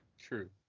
true